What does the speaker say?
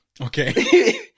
Okay